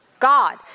God